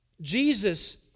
Jesus